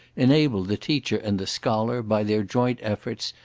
enable the teacher and the scholar, by their joint efforts,